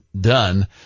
done